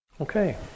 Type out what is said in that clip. Okay